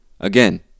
Again